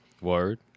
Word